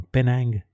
Penang